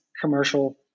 commercial